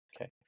Okay